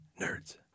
Nerds